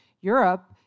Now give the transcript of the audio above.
Europe